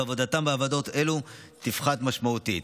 ועבודתם בוועדות אלה תפחת משמעותית.